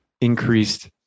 increased